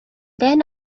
then